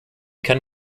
kann